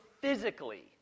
physically